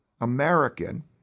American